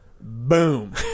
boom